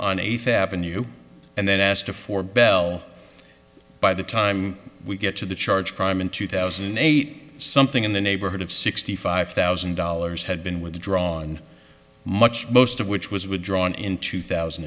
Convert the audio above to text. on eighth avenue and then asked to for bell by the time we get to the charged crime in two thousand and eight something in the neighborhood of sixty five thousand dollars had been withdrawn much most of which was withdrawn in two thousand